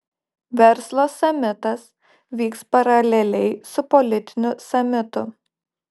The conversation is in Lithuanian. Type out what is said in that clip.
verslo samitas vyks paraleliai su politiniu samitu